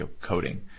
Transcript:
coding